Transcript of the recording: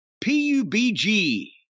P-U-B-G